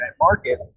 market